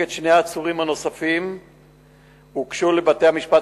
כנגד שני העצורים הנוספים הוגשו לבתי-המשפט